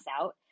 out